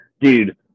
dude